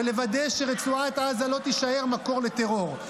ולוודא שרצועת עזה לא תישאר מקור לטרור.